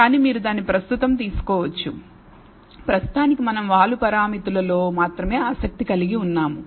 కానీ మీరు దాన్నిప్రస్తుతం తీసుకోవచ్చు ప్రస్తుతానికి మనం వాలు పారామితులు లో మాత్రమే ఆసక్తి కలిగి ఉన్నాము